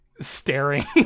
Staring